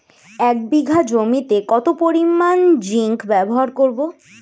এক বিঘা জমিতে কত পরিমান জিংক ব্যবহার করব?